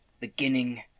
beginning